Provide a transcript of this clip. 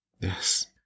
Yes